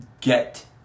get